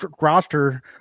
Roster